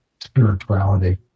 spirituality